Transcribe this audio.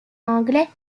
anglais